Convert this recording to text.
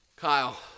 Kyle